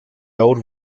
old